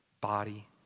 body